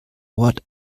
ort